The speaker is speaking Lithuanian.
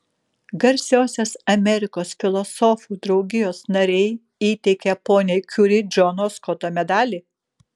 garsiosios amerikos filosofų draugijos nariai įteikia poniai kiuri džono skoto medalį